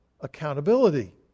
accountability